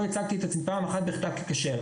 לא הצגתי את עצמי פעם בכתב ככשר.